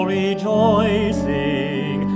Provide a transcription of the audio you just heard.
rejoicing